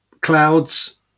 clouds